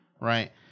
Right